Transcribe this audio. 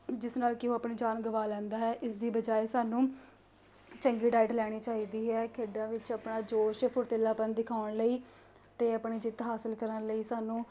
ਜਿਸ ਨਾਲ ਕਿ ਉਹ ਆਪਣੀ ਜਾਨ ਗਵਾ ਲੈਂਦਾ ਹੈ ਇਸਦੀ ਬਜਾਏ ਸਾਨੂੰ ਚੰਗੀ ਡਾਇਟ ਲੈਣੀ ਚਾਹੀਦੀ ਹੈ ਖੇਡਾਂ ਵਿੱਚ ਆਪਣਾ ਜੋਸ਼ ਫੁਰਤੀਲਾਪਣ ਦਿਖਾਉਣ ਲਈ ਅਤੇ ਆਪਣੀ ਜਿੱਤ ਹਾਸਿਲ ਕਰਨ ਲਈ ਸਾਨੂੰ